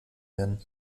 werden